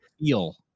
feel